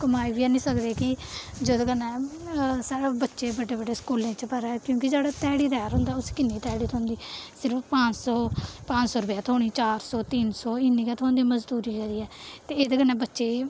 कमाई बी निं सकदे कि जौह्दे कन्नै साढ़े बच्चे बड्डे बड्डे स्कूलें च पढ़ै क्योंकि जेह्ड़ा ध्याड़ीदार होंदा उस्सी कि'न्नी ध्याड़ी थोंह्दी सिर्फ पंज सौ पंज सौ रपेआ थोह्नी सिर्फ चार सौ तिन्न सौ इ'न्नी गै थोंह्दी मजदूरी करियै ते इ'दे कन्नै बच्चे